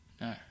No